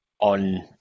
on